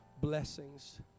blessings